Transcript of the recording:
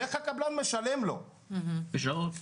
איך הקבלן משלם לו ולכמה שעות.